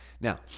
Now